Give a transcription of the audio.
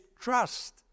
trust